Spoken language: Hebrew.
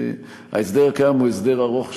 שההסדר הקיים הוא הסדר ארוך שנים,